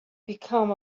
become